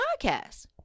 podcast